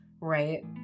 right